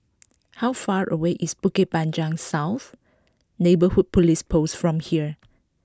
how far away is Bukit Panjang South Neighbourhood Police Post from here